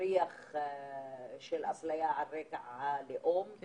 ראינו שהפגיעה בעסקים האלה היא פגיעה מאוד